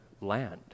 land